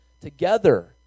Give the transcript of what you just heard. together